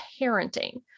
parenting